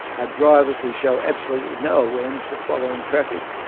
are drivers who show absolutely no awareness of following traffic,